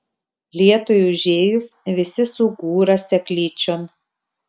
lietui užėjus visi sugūra seklyčion